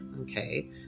Okay